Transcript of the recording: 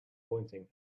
pointing